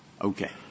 Okay